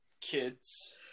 Kids